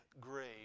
grave